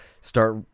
start